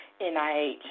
NIH